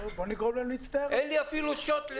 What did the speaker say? אין לי אפילו שוט.